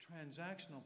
transactional